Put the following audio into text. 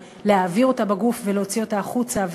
או להעביר אותה בגוף ולהוציא אותה החוצה,